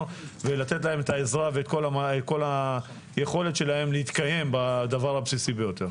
ולתת להן את העזרה והיכולת להתקיים בדבר הבסיסי ביותר.